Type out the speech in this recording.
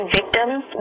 victims